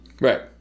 Right